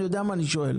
אני יודע מה אני שואל.